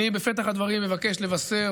בפתח הדברים אני מבקש לבשר,